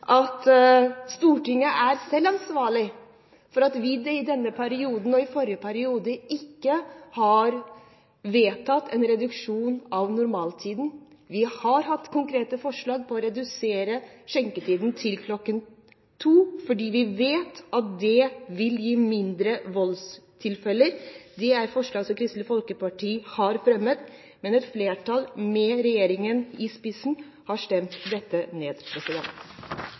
for skjenking. Vi har hatt konkrete forslag om å redusere skjenketiden til kl. 02, fordi vi vet at det vil gi færre voldstilfeller. Kristelig Folkeparti har fremmet forslag, men et flertall, med regjeringen i spissen, har stemt det ned.